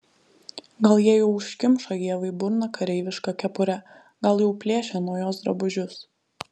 gal jie jau užkimšo ievai burną kareiviška kepure gal jau plėšia nuo jos drabužius